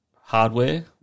hardware